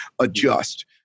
adjust